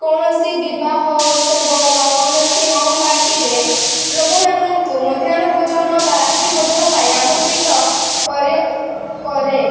କୌଣସି ବିବାହ ଉତ୍ସବ ବା କୌଣସି ହୋମ୍ ପାର୍ଟିରେ ଲୋକମାନଙ୍କୁ ମଧ୍ୟାହ୍ନ ଭୋଜନ ବା ରାତ୍ରି ଭୋଜନ ପାଇଁ ଆମନ୍ତ୍ରିତ କରେ